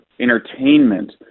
entertainment